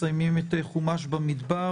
מסיימים את חומש במדבר,